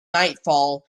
nightfall